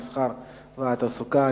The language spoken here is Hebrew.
המסחר והתעסוקה.